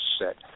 set